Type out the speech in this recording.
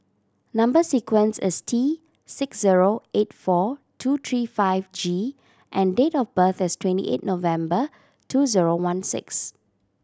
number sequence is T six zero eight four two three five G and date of birth is twenty eight November two zero one six